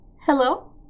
Hello